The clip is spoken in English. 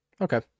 okay